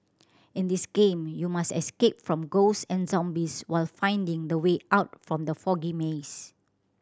in this game you must escape from ghost and zombies while finding the way out from the foggy maze